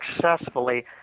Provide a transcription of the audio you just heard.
successfully